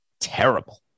terrible